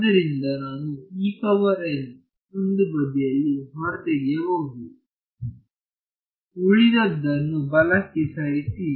ಆದ್ದರಿಂದ ನಾನು ಒಂದು ಬದಿಯಲ್ಲಿ ಹೊರ ತೆಗೆಯಬಹುದು ಉಳಿದದ್ದನ್ನು ಬಲಕ್ಕೆ ಸರಿಸಿ